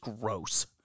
gross